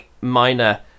minor